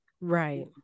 Right